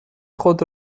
خود